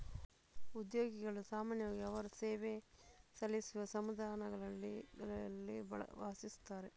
ಉದ್ಯೋಗಿಗಳು ಸಾಮಾನ್ಯವಾಗಿ ಅವರು ಸೇವೆ ಸಲ್ಲಿಸುವ ಸಮುದಾಯಗಳಲ್ಲಿ ವಾಸಿಸುತ್ತಾರೆ